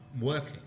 working